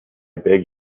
beg